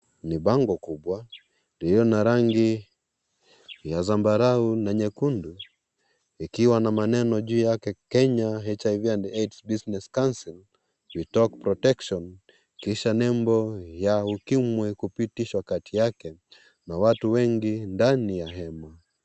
Ni bango kubwa lililo na rangi ya zambarao na nyekundu ikiwa na maneno juu yake Kenya HIV and AIDs Business council we talk protection kisha nembo ya ukimwi kupitishwa kati yake na watu wengi ndani ya nembo.